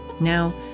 now